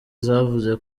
zavuze